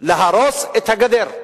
להרוס את הגדר.